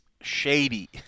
shady